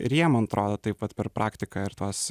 ir jie man atrodo taip pat per praktiką ir tuos